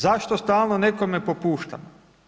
Zašto stalno nekome popuštamo?